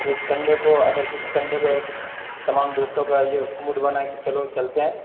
جیسے سنڈے کو اگر کسی سنڈے کو ایک تمام دوستوں کا یہ موڈ بنا کہ چلو چلتے ہیں